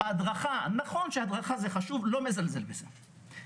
הדרכה זה חשוב ואני לא מזלזל בזה,